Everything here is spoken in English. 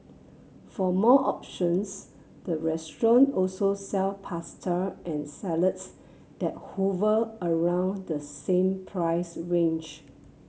for more options the restaurant also sell pasta and salads that hover around the same price range